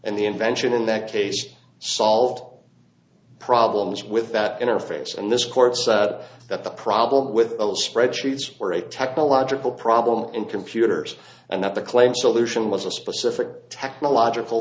and the invention in that case salt problems with that interface and this court said that the problem with spreadsheets or a technological problem in computers and that the claim solution was a specific technological